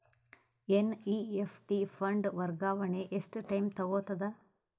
NEFT fund ವರ್ಗಾವಣೆ ಎಷ್ಟ time ತೋಗೊತದ?